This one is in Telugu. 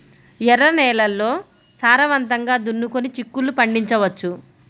ఎర్ర నేలల్లో సారవంతంగా దున్నుకొని చిక్కుళ్ళు పండించవచ్చు